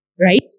right